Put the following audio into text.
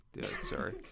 Sorry